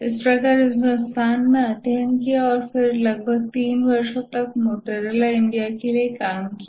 इस प्रकार इस संस्थान में अध्ययन किया और फिर लगभग 3 वर्षों तक मोटोरोला इंडिया के लिए काम किया